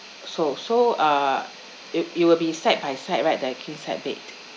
so so uh it it will be side by side right that king-sized bed